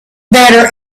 better